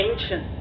ancient